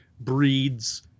breeds